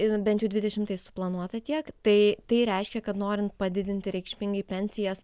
bent jau dvidešimtais suplanuota tiek tai tai reiškia kad norint padidinti reikšmingai pensijas